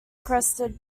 crested